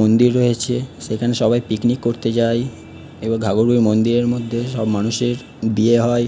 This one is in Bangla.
মন্দির রয়েছে সেখানে সবাই পিকনিক করতে যায় এবং ঘাঘর বুড়ি মন্দিরের মধ্যে সব মানুষের বিয়ে হয়